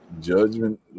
Judgment